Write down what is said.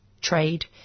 trade